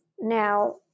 Now